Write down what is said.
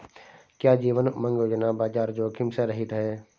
क्या जीवन उमंग योजना बाजार जोखिम से रहित है?